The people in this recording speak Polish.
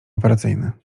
operacyjny